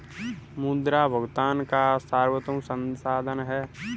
मुद्रा भुगतान का सर्वोत्तम साधन है